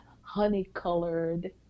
honey-colored